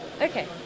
Okay